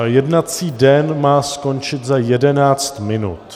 Jednací den má skončit za 11 minut.